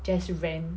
just rant